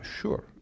Sure